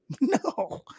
no